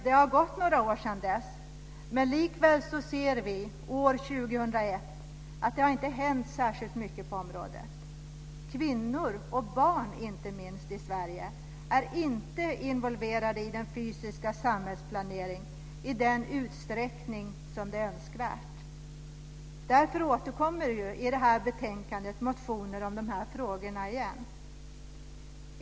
Det har gått några år sedan dess, men vi ser nu år 2001 att det inte har hänt särskilt mycket på området. Inte minst kan vi konstatera att kvinnor och barn i Sverige inte är involverade i den fysiska samhällsplaneringen i den utsträckning som är önskvärd. Därför återkommer det även i det här betänkandet motioner om dessa frågor.